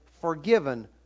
forgiven